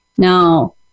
Now